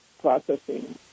processing